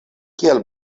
kiel